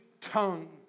tongue